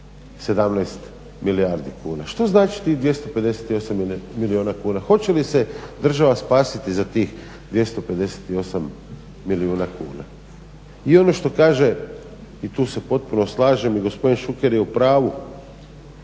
17 milijardi kuna. Što znači tih 258 milijuna kuna? Hoće li se država spasiti za tih 258 milijuna kuna? I ono što kaže, i tu se potpuno slažem, i gospodin Šuker je u pravu